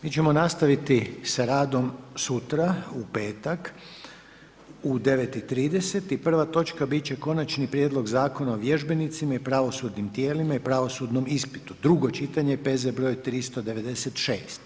Mi ćemo nastaviti sa radom sutra, u petak u 9,30h i prva točka biti će Konačni prijedlog Zakona o vježbenicima i pravosudnim tijelima i pravosudnom ispitu, drugo čitanje, P.Z. br. 396.